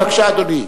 מגלי, בבקשה, אדוני.